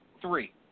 Three